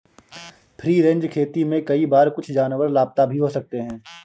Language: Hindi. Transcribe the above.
फ्री रेंज खेती में कई बार कुछ जानवर लापता भी हो सकते हैं